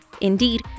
Indeed